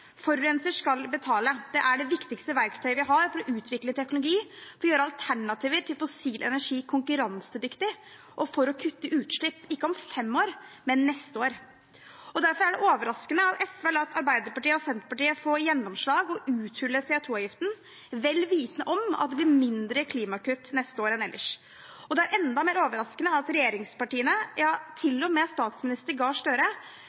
Forurenser skal betale. Det er det viktigste verktøyet vi har for å utvikle teknologi, for å gjøre alternativer til fossil energi konkurransedyktig og for å kutte utslipp – ikke om fem år, men neste år. Derfor er det overraskende at SV har latt Arbeiderpartiet og Senterpartiet få gjennomslag og uthule CO 2 -avgiften, vel vitende om at det blir mindre klimagasskutt neste år enn ellers. Det er enda mer overraskende at regjeringspartiene, ja, til og med statsminister Gahr Støre,